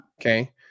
Okay